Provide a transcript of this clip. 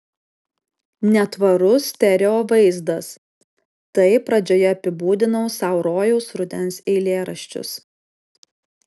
netvarus stereo vaizdas taip pradžioje apibūdinau sau rojaus rudens eilėraščius